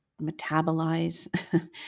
metabolize